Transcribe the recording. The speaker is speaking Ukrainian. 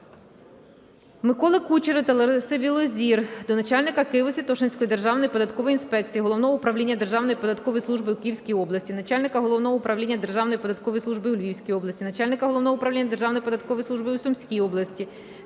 Миколи Кучера та Лариси Білозір до начальника Києво-Святошинської державної податкової інспекції Головного управління державної податкової служби у Київській області, начальника Головного управління державної податкової служби у Львівській області, начальника Головного управління державної податкової служби у Сумській області